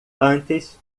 antes